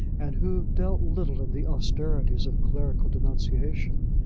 and who dealt little in the austerities of clerical denunciation,